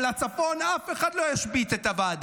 אבל על הצפון אף אחד לא ישבית את הוועדה,